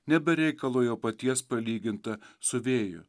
nebe reikalo jo paties palyginta su vėju